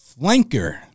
Flanker